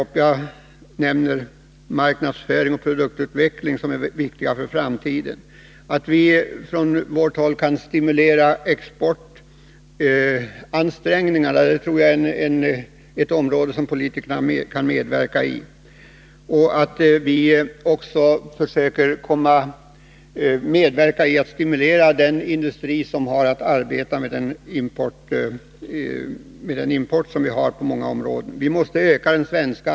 Jag kan nämna marknadsföring och produktutveckling, som är någonting mycket viktigt med tanke på framtiden. Politikerna kan också medverka till att stimulera exportansträngningarna. Vi kan också stimulera den industri som har att arbeta med importen. Den svenska exportandelen måste också ökas.